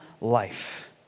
life